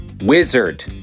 wizard